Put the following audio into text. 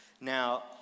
Now